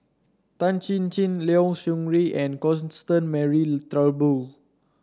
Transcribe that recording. Tan Chin Chin Liao Yingru and Constance Mary Turnbull